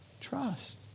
trust